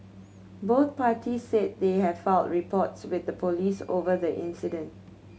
both parties said they have filed reports with the police over the incident